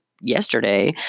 yesterday